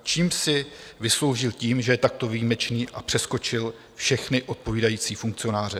Čím si vysloužil to, že je takto výjimečný a přeskočil všechny odpovídající funkcionáře?